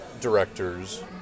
directors